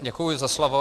Děkuji za slovo.